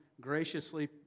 graciously